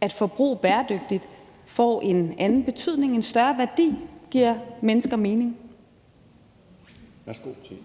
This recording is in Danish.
at forbruge bæredygtigt får en anden betydning, en større værdi, giver mennesker mening. Kl. 14:10 Den fg. formand (Bjarne Laustsen):